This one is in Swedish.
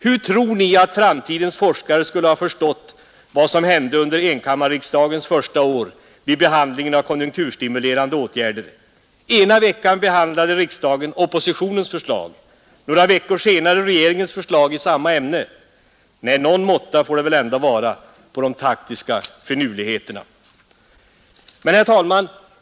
Hur tror ni att framtidens forskare skulle ha förstått vad som hände under enkammarriksdagens första år vid behandlingen av förslagen om konjunkturstimulerande åtgärder? Ena veckan behandlade riksdagen oppositionens förslag och några veckor senare regeringens förslag i samma ärende! Nej, någon måtta får det väl ändå vara på de taktiska finurligheterna! Herr talman!